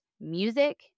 music